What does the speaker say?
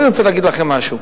אני רוצה להגיד לכם משהו.